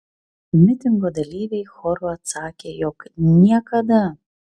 mitingo dalyviai choru atsakė jog niekada